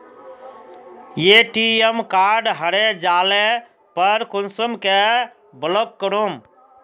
ATM card हरे जाले पर कुंसम के ब्लॉक करूम?